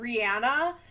Rihanna